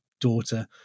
daughter